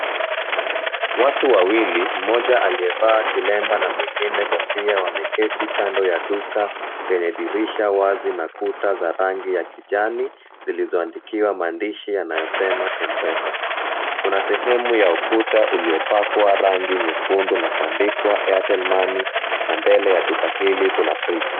Watu wawili, mmoja aliyevaa kilemba na mwingine kofia wameketi kando ya duka lenye dirisha wazi na kuta za rangi ya kijani zilizo andikiwa maandishi yanayosema Mpesa. Kuna sehemu ya ukuta uliopakwa rangi nyekundu na kuandikwa Airtel Money na mbele ya duka hili kuna fridge .